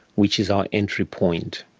which is our entry point.